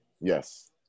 Yes